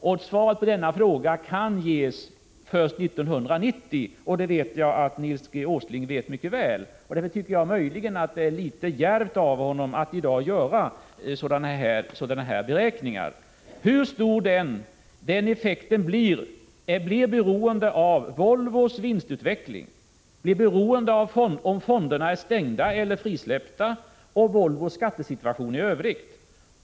Svaret på den frågan kan ges först 1990. Det vet Nils G. Åsling mycket väl, och därför tycker jag att det möjligen är litet djärvt av honom att i dag göra sådana beräkningar som han redovisat. Den ekonomiska effektens storlek blir beroende av Volvos vinstutveckling, av om fonderna är stängda eller frisläppta och av hur Volvos skattesituation är i övrigt.